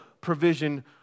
provision